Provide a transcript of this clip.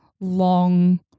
long